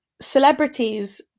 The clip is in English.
celebrities